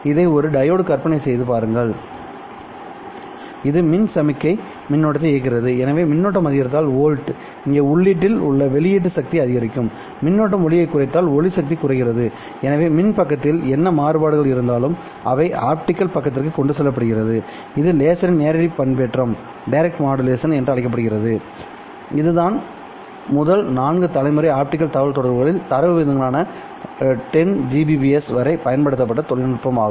இதை ஒரு டையோடு கற்பனை செய்து பாருங்கள் இந்த மின் சமிக்ஞை மின்னோட்டத்தை இயக்குகிறது எனவே மின்னோட்டம் அதிகரித்தால் வோல்ட் இங்கே உள்ளீட்டில் உள்ள வெளியீட்டு சக்தி அதிகரிக்கும்மின்னோட்டம் ஒளியைக் குறைத்தால் ஒளி சக்தி குறைகிறது எனவே மின் பக்கத்தில் என்ன மாறுபாடுகள் இருந்தாலும் அவை இருக்கும் ஆப்டிகல் பக்கத்திற்கு கொண்டு செல்லப்படுகிறது இது லேசரின் நேரடி பண்பேற்றம் என்று அழைக்கப்படுகிறதுஇதுதான் முதல் நான்கு தலைமுறை ஆப்டிகல் தகவல்தொடர்புகளில் தரவு விகிதங்களுக்கான 10gbps வரை பயன்படுத்தப்பட்ட தொழில்நுட்பம் ஆகும்